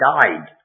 died